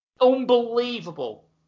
Unbelievable